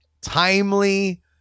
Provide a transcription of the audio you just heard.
Timely